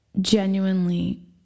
genuinely